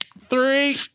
three